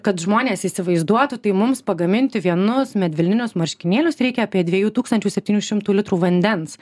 kad žmonės įsivaizduotų tai mums pagaminti vienus medvilninius marškinėlius reikia apie dviejų tūkstančių septynių šimtų litrų vandens